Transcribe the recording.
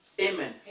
Amen